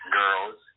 girls